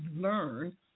learn